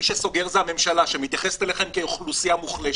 מי שסוגר זו הממשלה שמתייחסת אליכם כאוכלוסייה מוחלשת.